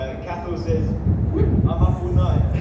ah catherine says whoop, i'm up all night